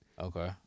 Okay